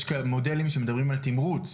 יש כאן מודלים שמדברים על תימרוץ,